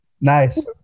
Nice